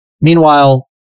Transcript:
Meanwhile